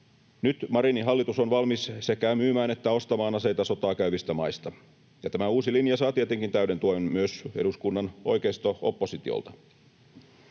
Nyt Marinin hallitus on valmis sekä myymään että ostamaan aseita sotaa käyvistä maista, ja tämä uusi linja saa tietenkin täyden tuen myös eduskunnan oikeisto-oppositiolta.